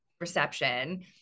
reception